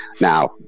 Now